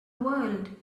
world